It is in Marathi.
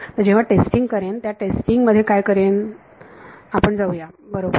तर जेव्हा टेस्टिंग करेन त्या टेस्टिंग मध्ये काय करेन आपण जाऊ या बरोबर